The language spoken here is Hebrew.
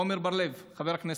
עמר בר-לב, חבר הכנסת,